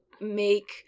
make